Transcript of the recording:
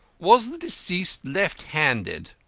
was the deceased left-handed?